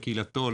לקהילתו,